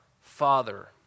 Father